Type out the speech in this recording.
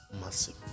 massive